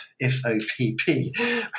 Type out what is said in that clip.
F-O-P-P